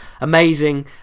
Amazing